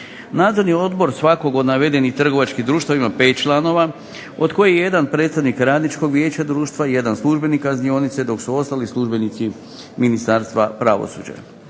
Nadzorni odbor svakog od navedenih trgovačkih društava ima pet članova od kojih je jedan predsjednik radničkog vijeća društva i jedan službenik kaznionice dok su ostali službenici Ministarstva pravosuđa.